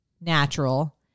natural